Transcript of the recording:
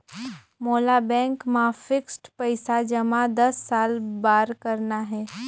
मोला बैंक मा फिक्स्ड पइसा जमा दस साल बार करना हे?